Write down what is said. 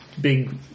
big